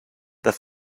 their